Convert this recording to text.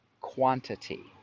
quantity